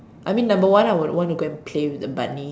I mean number one I would want to go and play with the bunny